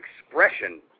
expression